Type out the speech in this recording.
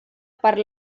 per